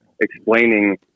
explaining